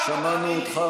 תאמין לי,